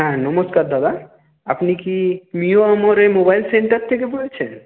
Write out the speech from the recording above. হ্যাঁ নমস্কার দাদা আপনি কি মিয়ো আমোরে মোবাইল সেন্টার থেকে বলছেন